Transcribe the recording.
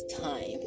time